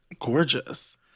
Gorgeous